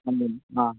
ആഹ്